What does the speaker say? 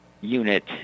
unit